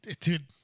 Dude